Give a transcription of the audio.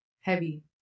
heavy